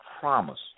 promise